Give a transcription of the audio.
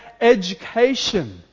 education